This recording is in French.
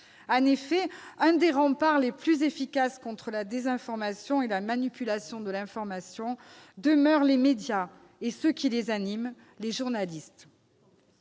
En effet, l'un des remparts les plus efficaces contre la désinformation et la manipulation de l'information demeure les médias et ceux qui les animent, les journalistes.